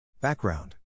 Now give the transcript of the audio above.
Background